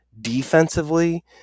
defensively